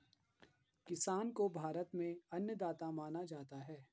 किसान को भारत में अन्नदाता माना जाता है